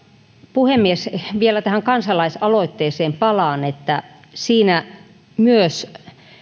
puhemies vielä tähän kansalaisaloitteeseen palaan siinä